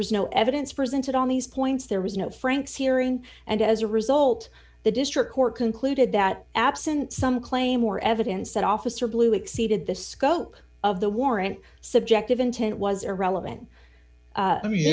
was no evidence presented on these points there was no frank's hearing and as a result the district court concluded that absent some claim or evidence that officer blue exceeded the scope of the warrant subjective intent was irrelevant